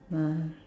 ah